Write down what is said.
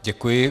Děkuji.